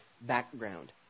background